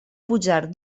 pujar